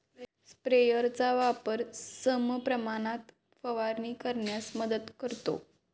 स्प्रेयरचा वापर समप्रमाणात फवारणी करण्यास मदत करतो